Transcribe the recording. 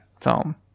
film